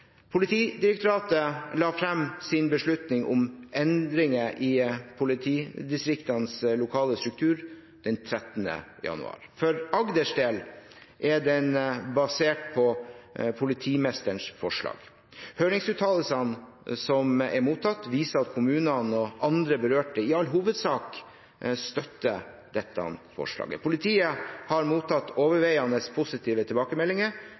Politidirektoratet la fram sin beslutning om endringer i politidistriktenes lokale struktur den 13. januar. For Agders del er den basert på politimesterens forslag. Høringsuttalelsene som er mottatt, viser at kommunene og andre berørte i all hovedsak støtter dette forslaget. Politiet har mottatt overveiende positive tilbakemeldinger